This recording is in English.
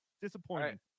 disappointed